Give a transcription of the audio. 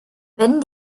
wenn